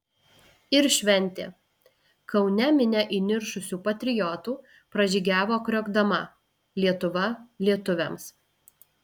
ir šventė kaune minia įniršusių patriotų pražygiavo kriokdama lietuva lietuviams